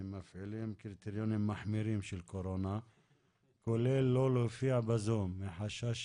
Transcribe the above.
הם מפעילים קריטריונים מחמירים של קורונה כולל לא להופיע בזום מחשש